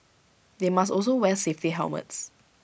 they must also wear safety helmets